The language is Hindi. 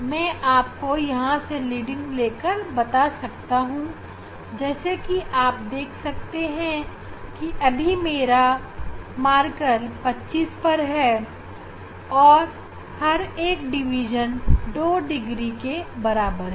मैं आपको यहां से रीडिंग लेकर बता सकता हूं जैसे कि आप देख सकते कि अभी मेरा निशान 25 पर है और हर एक डिविज़न 2 डिग्री के बराबर है